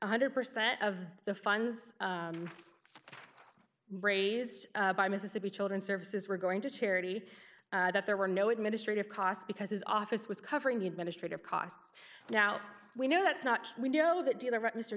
one hundred percent of the funds raised by mississippi children's services were going to charity that there were no administrative costs because his office was covering the administrative costs now we know that's not we know that